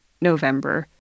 November